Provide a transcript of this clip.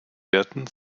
werden